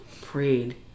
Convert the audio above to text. prayed